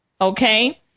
Okay